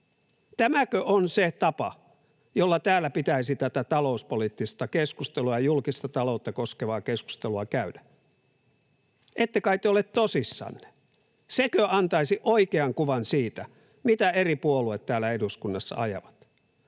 Tämäkö on se tapa, jolla täällä pitäisi tätä talouspoliittista keskustelua ja julkista taloutta koskevaa keskustelua käydä? Ette kai te ole tosissanne? Sekö antaisi oikean kuvan siitä, mitä eri puolueet täällä eduskunnassa ajavat?